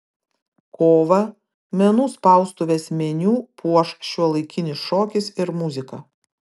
kovą menų spaustuvės meniu puoš šiuolaikinis šokis ir muzika